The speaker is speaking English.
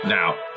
now